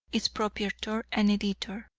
its proprietor and editor.